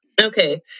okay